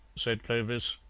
said clovis.